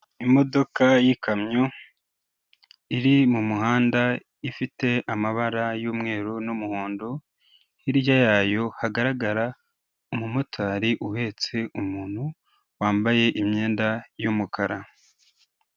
Imodoka yikamyo iri mu muhanda, ifite amabara y'umweru n'umuhondo hirya yayo hagaragara umu motari uhetse umuntu wambaye imyenda y'umukara.